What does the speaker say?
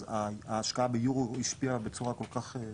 אז ההשקעה ביורו השפיעה בצורה כל כך?